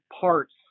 parts